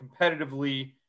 competitively